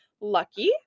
lucky